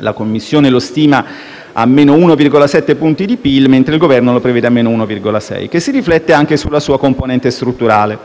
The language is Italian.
(la Commissione lo stima a meno 1,7 punti di PIL, mentre il Governo lo prevede a meno 1,6 punti), che si riflette anche sulla sua componente strutturale.